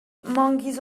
monkeys